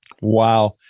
Wow